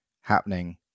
happening